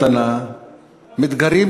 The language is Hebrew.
אתם תגררו